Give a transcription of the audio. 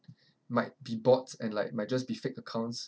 might be bots and like might just be fake accounts